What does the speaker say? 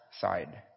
side